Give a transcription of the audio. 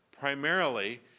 primarily